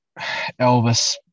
Elvis